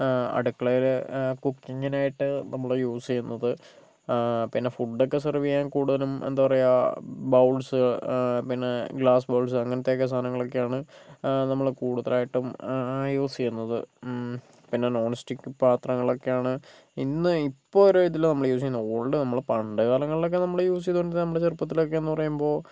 അടുക്കളേല് കുക്കിങ്ങിനായിട്ട് നമ്മള് യൂസെയ്യുന്നത് പിന്നെ ഫുഡൊക്കെ സെർവ് ചെയ്യാൻ കൂടുതലും എന്താ പറയാ ബൗൾസ് പിന്നെ ഗ്ലാസ് ബൗൾസ് അങ്ങനത്തെയൊക്കെ സാധനങ്ങളൊക്കെയാണ് നമ്മള് കൂടുതലായിട്ടും യൂസെയ്യുന്നത് പിന്നെ നോൺ സ്റ്റിക്ക് പാത്രങ്ങളൊക്കെയാണ് ഇന്ന് ഇപ്പോൾ ഒരിതില് നമ്മള് യൂസെയ്യുന്നത് ഗോൾഡ് നമ്മള് പണ്ടുകാലങ്ങളിലൊക്കെ നമ്മള് യൂസെയ്തോണ്ടിരുന്ന നമ്മുടെ ചെറുപ്പത്തിലൊക്കെന്നു പറയുമ്പോൾ